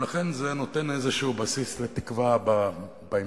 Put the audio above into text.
ולכן זה נותן איזשהו בסיס לתקווה בהמשך.